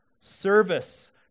Service